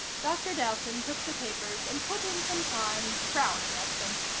dr. dowson took the papers and put in some time frowning at them.